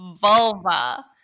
Vulva